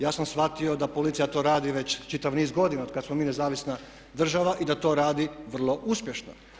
Ja sam shvatio da policija to radi već čitav niz godina otkad smo mi nezavisna država i da to radi vrlo uspješno.